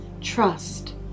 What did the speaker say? Trust